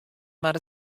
mar